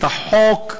את החוק,